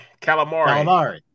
Calamari